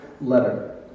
letter